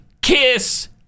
kiss